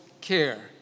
care